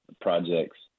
projects